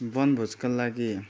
बनभोजका लागि